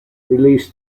released